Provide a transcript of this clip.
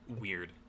weird